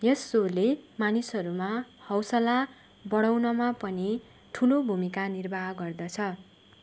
यस सोले मानिसहरूमा हौसला बढाउनमा पनि ठुलो भूमिका निर्वाह गर्दछ